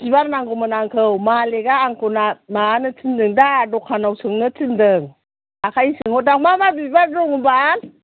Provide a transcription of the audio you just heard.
बिबार नांगौमोन आंखौ मालिकआ आंखौ ना माबानो थिनदों दा दखानआव सोंनो थिनदों ओंखायनो सोंहरदों आं मा मा बिबार दङ बा